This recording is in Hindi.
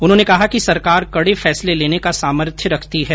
उन्होंने कहा कि सरकार कड़े फैसले लेने का सामर्थ्य रखती है